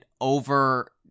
over